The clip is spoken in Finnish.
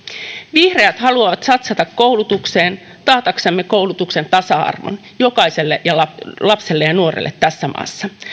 vihreät haluavat satsata koulutukseen taataksemme koulutuksen tasa arvon jokaiselle lapselle ja nuorelle tässä maassa